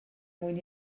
mwyn